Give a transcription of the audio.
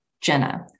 Jenna